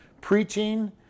preaching